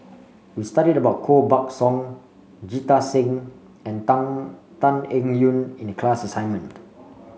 we studied about Koh Buck Song Jita Singh and Tan Tan Eng Yoon in the class assignment